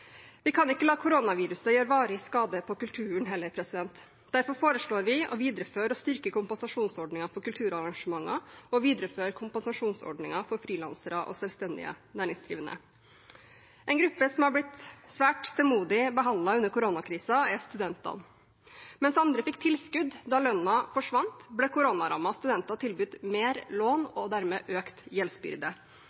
Vi kan ikke la koronaviruset gjøre varig skade på kulturen heller. Derfor foreslår vi å videreføre og styrke kompensasjonsordningen for kulturarrangementer og videreføre kompensasjonsordningen for frilansere og selvstendig næringsdrivende. En gruppe som har blitt svært stemoderlig behandlet under koronakrisen, er studentene. Mens andre fikk tilskudd da lønnen forsvant, ble koronarammede studenter tilbudt mer lån